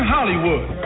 Hollywood